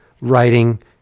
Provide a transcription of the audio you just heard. writing